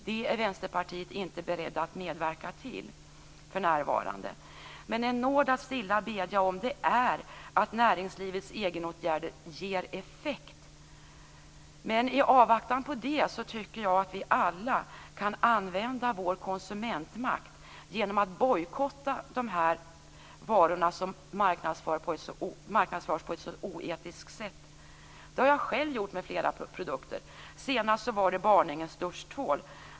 Det är Vänsterpartiet inte berett att medverka till för närvarande. En nåd att stilla bedja om är att näringslivets egenåtgärder ger effekt. I avvaktan på det tycker jag att vi alla kan använda vår konsumentmakt genom att bojkotta de varor som marknadsförs på ett så oetiskt sätt. Det har jag själv gjort med flera produkter. Senast var det Barnängens duschtvål.